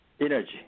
energy